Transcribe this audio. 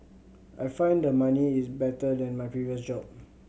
I find the money is better than my previous job